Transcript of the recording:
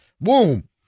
boom